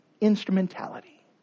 instrumentality